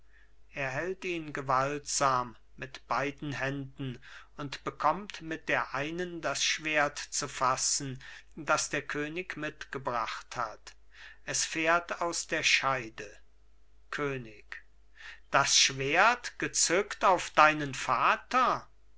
er hält ihn gewaltsam mit beiden händen und bekommt mit der einen das schwert zu fassen das der könig mitgebracht hat es fährt aus der scheide könig das schwert gezückt auf deinen vater